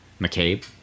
McCabe